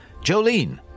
Jolene